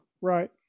Right